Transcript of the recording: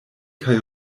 kaj